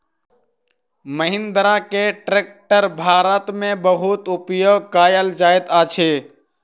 महिंद्रा के ट्रेक्टर भारत में बहुत उपयोग कयल जाइत अछि